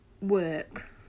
work